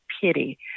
pity